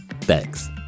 Thanks